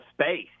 space